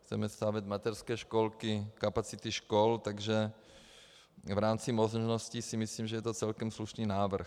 Chceme stavět mateřské školky, kapacity škol, takže v rámci možností si myslím, že je to celkem slušný návrh.